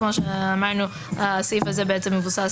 מאסר